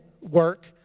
work